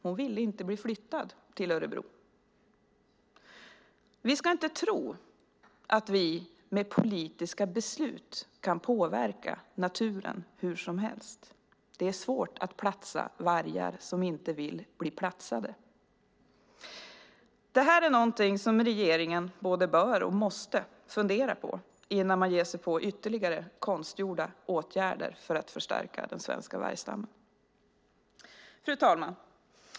Hon ville inte bli flyttad till Örebro. Vi ska inte tro att vi med politiska beslut kan påverka naturen hur som helst. Det är svårt att platsa vargar som inte vill bli platsade. Det här är någonting som regeringen både bör och måste fundera på innan man ger sig på ytterligare konstgjorda åtgärder för att förstärka den svenska vargstammen. Fru talman!